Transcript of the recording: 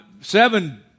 seven